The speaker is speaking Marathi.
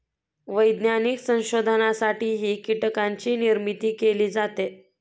वैज्ञानिक संशोधनासाठीही कीटकांची निर्मिती केली जाते